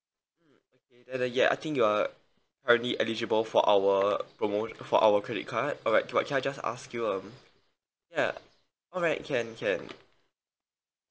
in a year ya I think you are currently eligible for our promotion for our credit card alright but can I just ask you um ya alright can can